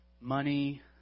money